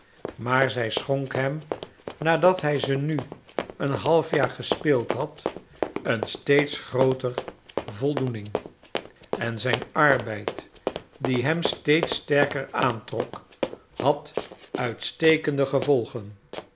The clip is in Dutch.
maar zij schonk hem nadat hij ze nu een halfjaar gespeeld had een steeds grooter voldoening en zijn arbeid die hem steeds sterker aantrok had uitstekende gevolgen